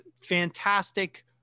fantastic